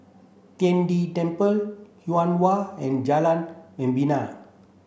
Tian De Temple Yuhua and Jalan Membina